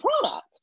product